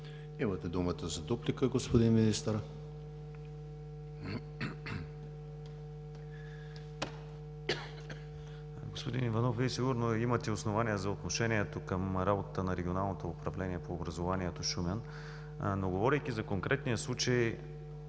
Имате думата за дуплика, господин Министър. МИНИСТЪР КРАСИМИР ВЪЛЧЕВ: Господин Иванов, Вие сигурно имате основания за отношението към работата на Регионалното управление на образованието – Шумен, но говорейки за конкретния случай,